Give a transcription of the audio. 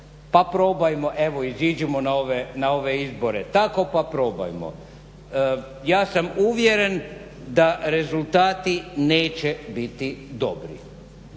pa probajmo evo iziđimo na ove izbore tako pa probajmo. Ja sam uvjeren da rezultati neće biti dobri.